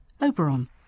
Oberon